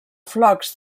flocs